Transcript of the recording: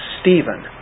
Stephen